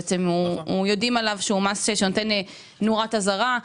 יודעים עליו שהוא מס שנותן נורת אזהרה.